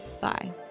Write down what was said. Bye